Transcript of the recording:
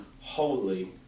Holy